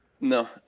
No